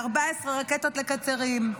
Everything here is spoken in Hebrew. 14 רקטות לקצרין.